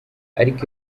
ariko